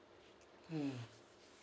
mm